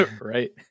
Right